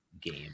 game